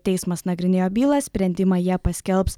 teismas nagrinėjo bylą sprendimą jie paskelbs